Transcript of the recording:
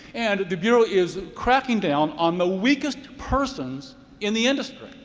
and the bureau is cracking down on the weakest persons in the industry.